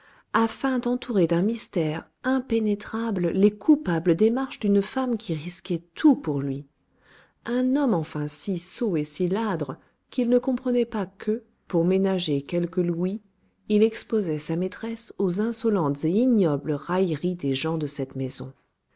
afin d'entourer d'un mystère impénétrable les coupables démarches d'une femme qui risquait tout pour lui un homme enfin si sot et si ladre qu'il ne comprenait pas que pour ménager quelques louis il exposait sa maîtresse aux insolentes et ignobles railleries des gens de cette maison